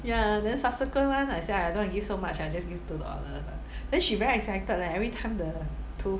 ya then subsequent [one] I say I don't want give so much I just give two dollar then she very excited like every time the tooth